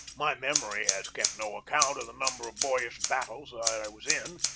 my memory has kept no account of the number of boyish battles that i was in.